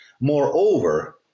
Moreover